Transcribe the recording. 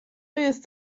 jest